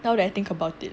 now that I think about it